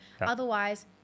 otherwise